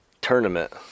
tournament